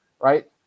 right